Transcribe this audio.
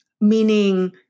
meaning